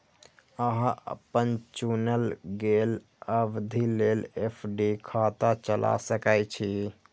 अहां अपन चुनल गेल अवधि लेल एफ.डी खाता चला सकै छी